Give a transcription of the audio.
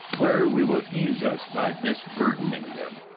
where we will ease us by disburdening them.